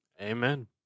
Amen